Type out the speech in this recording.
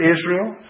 Israel